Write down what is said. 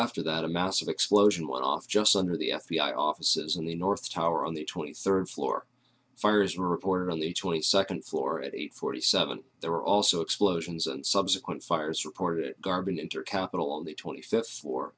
after that a massive explosion went off just under the f b i offices in the north tower on the twenty third floor fires were reported on the twenty second floor at eight forty seven there were also explosions and subsequent fires reported garbin enter capitol on the twenty fifth floor